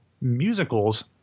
musicals